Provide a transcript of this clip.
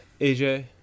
AJ